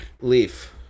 Leaf